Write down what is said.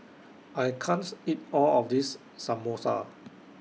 I can't eat All of This Samosa